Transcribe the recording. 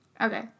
Okay